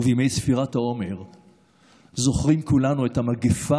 בימי ספירת העומר זוכרים כולנו את המגפה